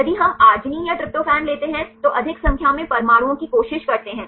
यदि हम arginine या tryptophan लेते हैं तो अधिक संख्या में परमाणुओं की कोशिश करते हैं